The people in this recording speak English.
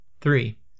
Three